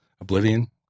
Oblivion